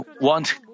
want